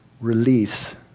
release